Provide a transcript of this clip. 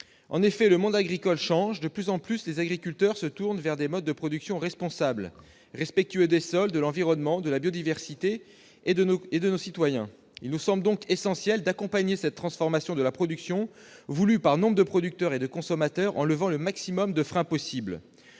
En effet, le monde agricole change ; de plus en plus, les agriculteurs se tournent vers des modes de production responsables, respectueux des sols, de l'environnement, de la biodiversité et des citoyens. Il nous semble donc essentiel d'accompagner cette transformation de la production voulue par nombre de producteurs et de consommateurs en levant le maximum de freins possible,